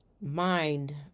mind